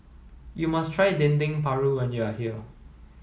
you must try Dendeng Paru when you are here